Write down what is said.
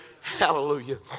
Hallelujah